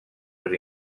per